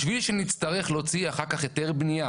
בשביל שנצטרך אחר כך היתר בנייה